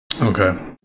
Okay